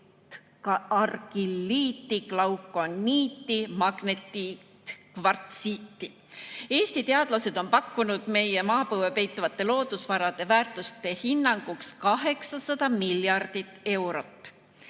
glaukoniiti, magnetiitkvartsiiti. Eesti teadlased on pakkunud meie maapõues peituvate loodusvarade väärtuseks hinnanguliselt 800 miljardit eurot.